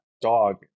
dog